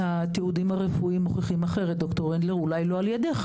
התיעודים הרפואיים מוכיחים אחרת, אולי לא על ידך.